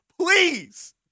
Please